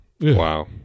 Wow